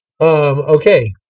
Okay